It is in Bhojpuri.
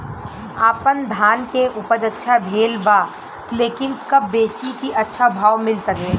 आपनधान के उपज अच्छा भेल बा लेकिन कब बेची कि अच्छा भाव मिल सके?